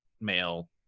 male